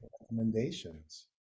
recommendations